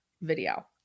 video